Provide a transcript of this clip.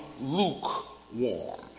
lukewarm